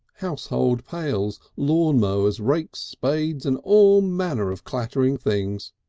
household pails, lawn mowers, rakes, spades and all manner of clattering things.